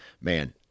man